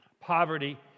Poverty